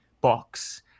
box